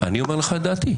אני אומר לך את דעתי.